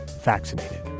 vaccinated